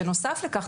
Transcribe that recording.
בנוסף לכך,